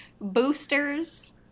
Boosters